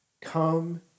come